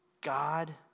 God